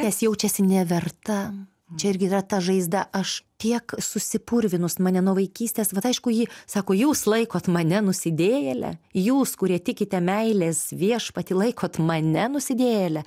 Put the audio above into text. nes jaučiasi neverta čia irgi yra ta žaizda aš tiek susipurvinus mane nuo vaikystės vat aišku ji sako jūs laikot mane nusidėjele jūs kurie tikite meilės viešpatį laikot mane nusidėjele